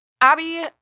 Abby